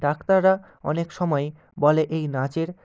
ডাক্তাররা অনেক সময় বলে এই নাচের